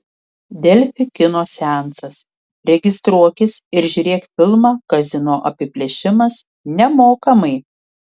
delfi kino seansas registruokis ir žiūrėk filmą kazino apiplėšimas nemokamai